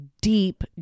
deep